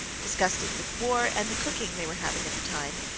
disgusted with war and the cooking they were having at the time,